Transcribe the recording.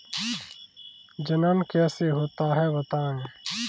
जनन कैसे होता है बताएँ?